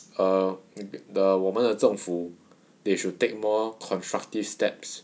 err 你的我们的政府 they should take more constructive steps